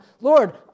Lord